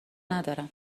ندارم